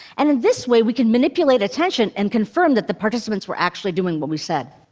and in this way, we can manipulate attention and confirm that the participants were actually doing what we said.